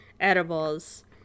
edibles